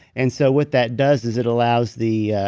and so what that does is it allows the.